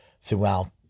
throughout